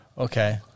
Okay